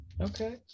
Okay